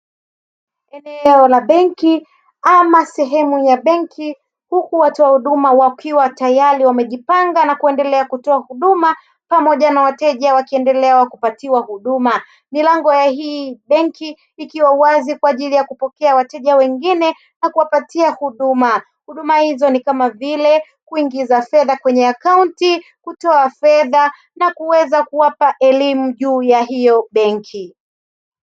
Eneo la benki ama sehemu ya benki, huku watu wa huduma wakiwa tayari wamejipanga na kuendelea kutoa huduma pamoja na wateja wakiendelea kupatiwa huduma. Milango ya hii benki ikiwa wazi kwa ajili ya kupokea wateja wengine na kuwapatia huduma. Huduma hizo ni kama vile kuingiza fedha kwenye akaunti, kutoa fedha na kuweza kuwapa elimu juu ya hiyo benki.